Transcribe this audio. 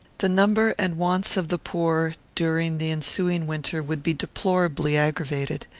the number and wants of the poor, during the ensuing winter, would be deplorably aggravated.